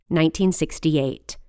1968